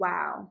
Wow